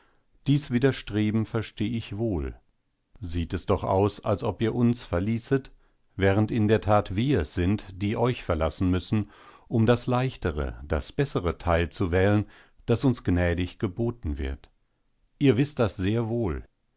dies widerstreben versteh ich wohl sieht es doch aus als ob ihr uns verließet während in der tat wir es sind die euch verlassen müssen um das leichtere das bessere teil zu wählen das uns gnädig geboten wird ihr wißt das sehr wohl